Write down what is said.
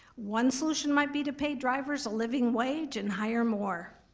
one solution might be to pay drivers a living wage and hire more,